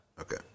Okay